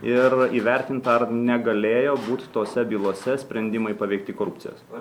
ir įvertint ar negalėjo būt tose bylose sprendimai paveikti korupcijos